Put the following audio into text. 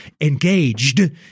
engaged